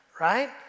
right